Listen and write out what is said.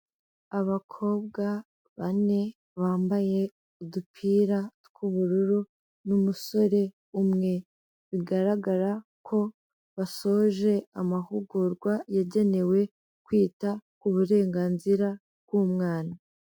Abakobwa bane bambaye udupira tw'ubururu n'umusore umwe bigaragara ko basoje amahugurwa yagenewe kwita ku burenganzira bw'umwana.